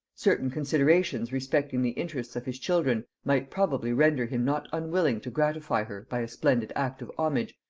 certain considerations respecting the interests of his children might probably render him not unwilling to gratify her by a splendid act of homage,